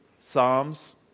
psalms